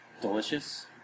Delicious